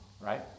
right